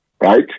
right